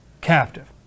captive